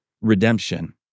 redemption